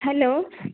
hello